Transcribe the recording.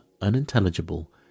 unintelligible